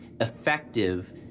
effective